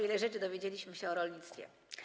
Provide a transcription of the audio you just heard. Ile rzeczy dowiedzieliśmy się o rolnictwie.